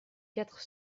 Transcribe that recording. quatre